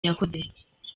yakoze